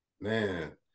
man